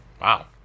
Wow